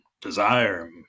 desire